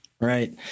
Right